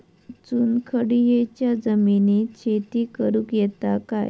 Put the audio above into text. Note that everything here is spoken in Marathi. चुनखडीयेच्या जमिनीत शेती करुक येता काय?